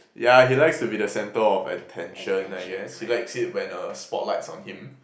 yeah he likes to be the center of attention I guess he likes it when the spotlight's on him